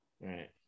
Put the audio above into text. Right